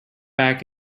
back